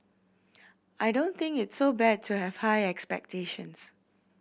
I don't think it's so bad to have high expectations